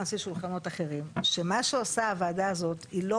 סביב שולחנות אחרים שמה שעושה הוועדה הזאת היא לא